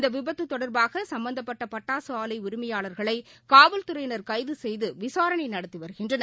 இந்தவிபத்துதொடர்பாகசும்பந்தப்பட்டபட்டாசுஆலைஉரிமையாளர்களைகாவல்துறையினர் கைதுசெய்துவிசாரணைநடத்திவருகின்றனர்